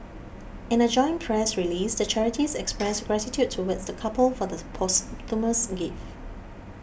in a joint press release the charities expressed gratitude towards the couple for the posthumous gift